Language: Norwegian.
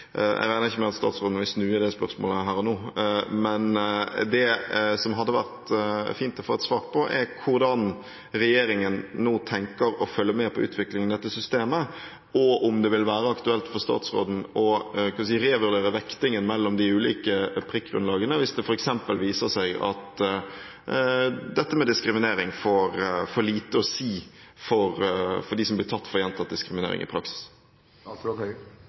Jeg regner ikke med at statsråden vil snu i det spørsmålet her og nå, men det som det hadde vært fint å få et svar på, er hvordan regjeringen nå tenker å følge med på utviklingen i dette systemet, og om det vil være aktuelt for statsråden å revurdere vektingen mellom de ulike prikkgrunnlagene hvis det f.eks. viser seg at dette med diskriminering får lite å si i praksis for dem som blir tatt for gjentatt diskriminering. Formelt sett beslutter Stortinget i